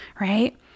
right